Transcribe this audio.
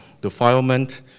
defilement